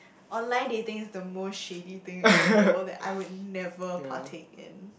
online dating is the most shady thing in the world that I would never partake in